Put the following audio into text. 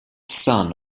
son